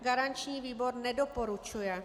Garanční výbor nedoporučuje.